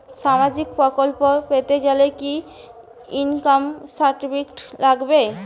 সামাজীক প্রকল্প পেতে গেলে কি ইনকাম সার্টিফিকেট লাগবে?